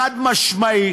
חד-משמעית,